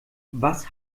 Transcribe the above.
was